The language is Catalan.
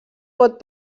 pot